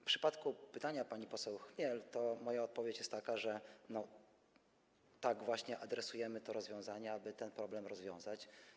W przypadku pytania pani poseł Chmiel moja odpowiedź jest taka, że tak właśnie adresujemy to rozwiązanie, aby ten problem rozwiązać.